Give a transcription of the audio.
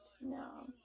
No